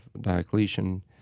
Diocletian